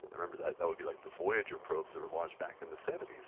remember that that would be like the voyager probes that were launched back in the seventy s.